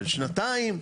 של שנתיים,